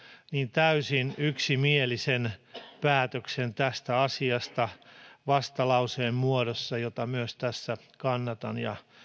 täysin yksimielisen päätöksen tästä asiasta vastalauseen muodossa jota myös tässä kannatan ja